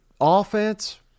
Offense